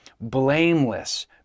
blameless